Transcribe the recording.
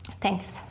thanks